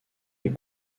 les